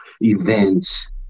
events